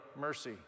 mercy